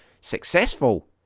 successful